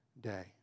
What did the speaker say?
day